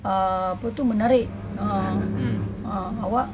uh apa tu menarik uh awak